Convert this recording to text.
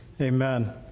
Amen